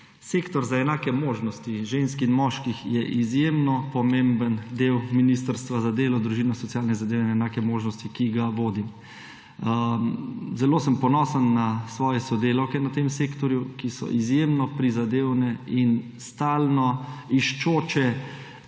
Sektor za enake možnosti ženskih in moških je izjemno pomemben del Ministrstva za delo, družino, socialnega zadeve in enake možnosti, ki ga vodim. Zelo sem ponosen na svoje sodelavke na tem sektorju, ki so izjemno prizadevne in stalno iščoče